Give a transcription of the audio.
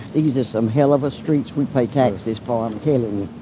these are some hell of a streets we pay taxes for, um